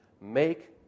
Make